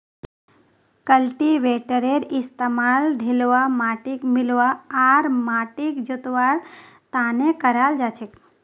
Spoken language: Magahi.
कल्टीवेटरेर इस्तमाल ढिलवा माटिक मिलव्वा आर माटिक जोतवार त न कराल जा छेक